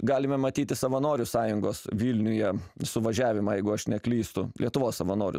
galime matyti savanorių sąjungos vilniuje suvažiavimą jeigu aš neklystu lietuvos savanorių